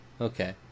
Okay